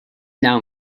now